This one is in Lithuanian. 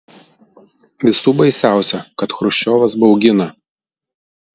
visų baisiausia kad chruščiovas baugina